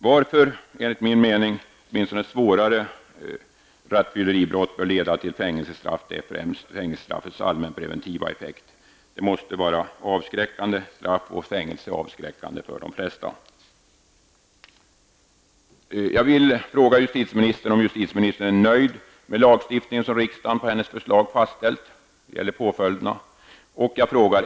Varför enligt min mening grovt rattfylleri bör leda till fängelsestraff är främst fängelsestraffets allmänpreventiva effekt. Det måste vara avskräckande straff, vilket risken för fängelse är för de flesta.